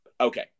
Okay